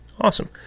Awesome